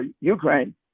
Ukraine